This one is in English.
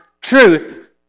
truth